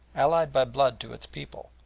allied by blood to its people,